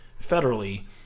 federally